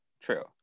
true